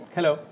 Hello